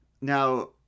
Now